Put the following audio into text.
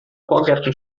vorgärten